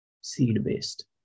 seed-based